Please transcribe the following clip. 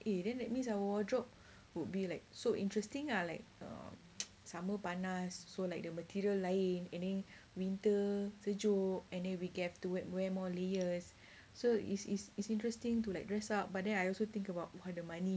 eh then that means our wardrobe would be like so interesting ah like err summer panas so like the material lain and then winter sejuk and then we get to wear more layers so it's it's it's interesting to like dress up but then I also think about orh the money